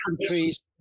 countries